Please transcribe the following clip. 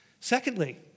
Secondly